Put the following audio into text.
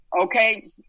Okay